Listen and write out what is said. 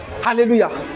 hallelujah